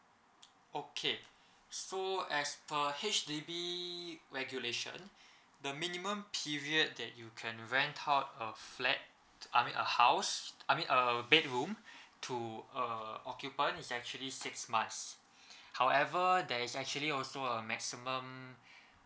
okay so as per H_D_B regulation the minimum period that you can rent out a flat I mean a house I mean a bedroom to a occupant is actually six months however there is actually also a maximum